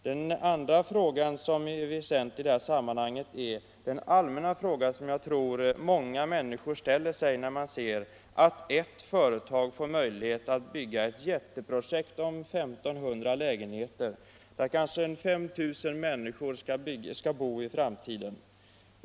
Den andra frågan som är väsentlig i detta sammanhang är den allmänna fråga som jag tror att många människor ställer sig när de ser att ett företag får möjlighet att bygga ett jätteprojekt om 1 500 lägenheter där kanske 5 000 människor skall bo i framtiden.